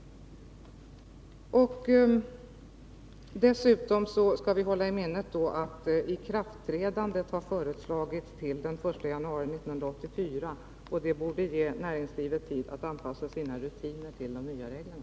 Dessutom skall vi hålla i minnet att de nya reglerna föreslås träda i kraft den 1 januari 1984. Näringslivet borde således ha tillräcklig tid på sig för att anpassa sina rutiner till de nya reglerna.